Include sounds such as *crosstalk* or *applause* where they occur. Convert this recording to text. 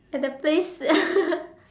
at the place *laughs*